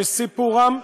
שסיפורם,